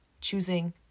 choosing